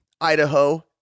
Idaho